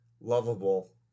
lovable